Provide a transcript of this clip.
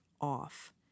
off